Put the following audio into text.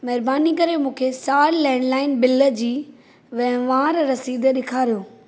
महिरबानी करे मूंखे साल लैंडलाइन बिल जी वहिंवार रसीद ॾेखारियो